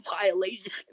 violation